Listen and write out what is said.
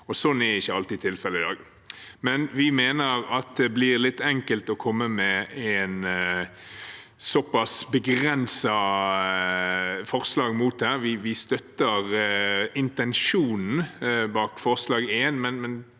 det er ikke alltid tilfellet i dag. Men vi mener at det blir litt enkelt å komme med et såpass begrenset forslag mot det. Vi støtter intensjonen bak forslag